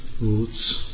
roots